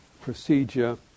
procedure